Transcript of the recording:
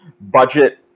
budget